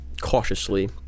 Cautiously